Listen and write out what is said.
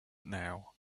now